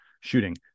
shooting